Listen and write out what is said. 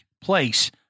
place